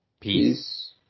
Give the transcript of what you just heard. peace